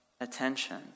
attention